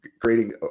creating